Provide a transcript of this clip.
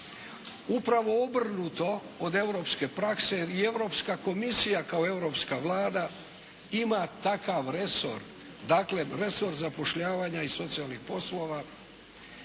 Upravo obrnuto od europske prakse jer i Europska komisija kao Europska Vlada ima takav resor dakle resor zapošljavanja i socijalnih poslova